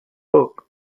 book